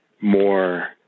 more